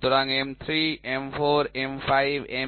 সুতরাং M3 M4 M5